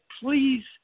please